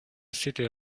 city